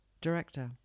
director